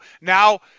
now